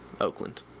Oakland